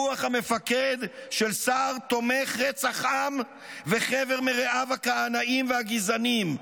רוח המפקד של שר תומך רצח עם וחבר מרעיו הכהנאים והגזענים.